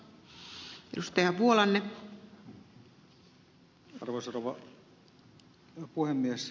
arvoisa rouva puhemies